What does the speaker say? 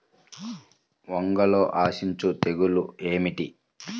వంగలో ఆశించు తెగులు ఏమిటి?